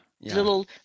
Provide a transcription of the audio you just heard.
little